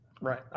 Right